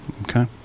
Okay